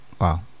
Wow